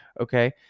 Okay